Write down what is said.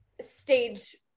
stage